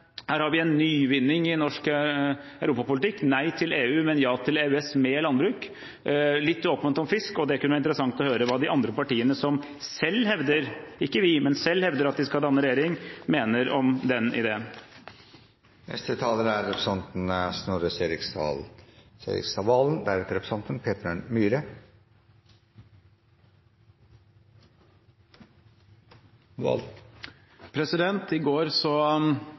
Her har vi en nyvinning i norsk europapolitikk: Nei til EU, men ja til EØS med landbruk – litt åpent om fisk. Det kunne være interessant å høre hva de andre partiene, som selv hevder – ikke vi – at de skal danne regjering sammen, mener om den ideen. I